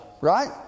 Right